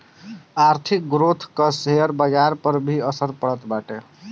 आर्थिक ग्रोथ कअ शेयर बाजार पअ भी असर पड़त बाटे